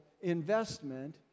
investment